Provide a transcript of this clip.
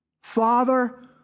Father